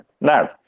Now